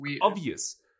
obvious